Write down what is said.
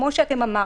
כפי שאמרתם,